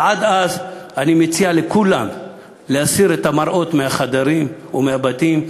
ועד אז אני מציע לכולם להסיר את המראות מהחדרים ומהבתים,